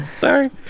Sorry